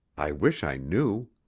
i wish i knew.